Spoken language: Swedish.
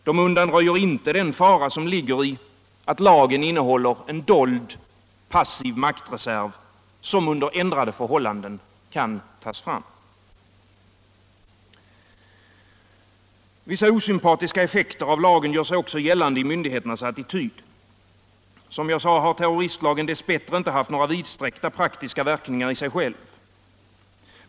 De undanröjer inte den fara som ligger i att lagen innehåller en dold, passiv maktreserv, som under ändrade förhållanden kan tas fram. Vissa osympatiska effekter av lagen gör sig också gällande i myndigheternas attityd. Som jag sade har terroristlagen dess bättre inte haft några vidsträckta praktiska verkningar i sig själv.